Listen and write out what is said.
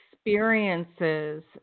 Experiences